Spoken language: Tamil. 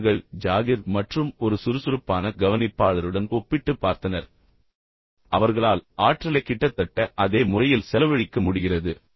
எனவே அவர்கள் ஜாகிர் மற்றும் ஒரு சுறுசுறுப்பான கவனிப்பாளருடன் ஒப்பிட்டுப் பார்த்தனர் அவர்களால் ஆற்றலை கிட்டத்தட்ட அதே முறையில் செலவழிக்க முடிகிறது